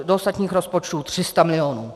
Do ostatních rozpočtů 300 milionů.